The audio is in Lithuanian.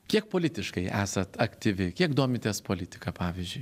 kiek politiškai esat aktyvi kiek domitės politika pavyzdžiui